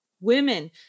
Women